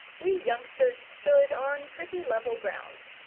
we youngsters stood on pretty level ground.